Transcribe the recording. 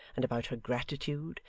and about her gratitude,